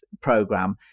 program